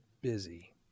busy